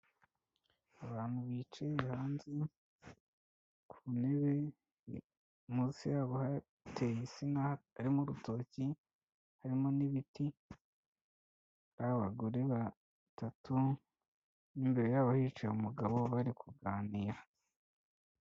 Abantu bicaye hanze ku ntebe munsi yabo hateye insina harimo urutoki harimo n'ibiti, ari abagore batatu imbere yabo hicaye umugabo bari kuganira.